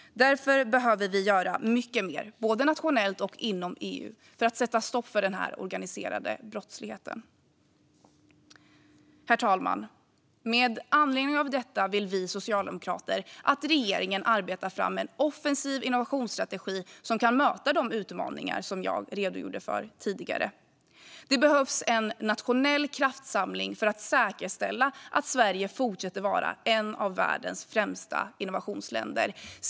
Därför behöver vi göra mycket mer, både nationellt och inom EU, för att sätta stopp för den här organiserade brottsligheten. Herr talman! Med anledning av detta vill vi socialdemokrater att regeringen arbetar fram en offensiv innovationsstrategi som kan möta de utmaningar som jag redogjorde för tidigare. Det behövs en nationell kraftsamling för att säkerställa att Sverige fortsätter vara ett av världens främsta innovationsländer.